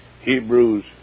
Hebrews